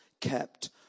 kept